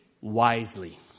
wisely